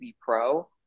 pro